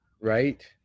Right